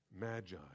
Magi